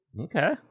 Okay